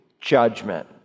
judgment